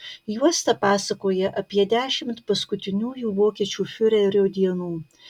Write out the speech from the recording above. juosta pasakoja apie dešimt paskutiniųjų vokiečių fiurerio dienų